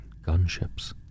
gunships